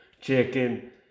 chicken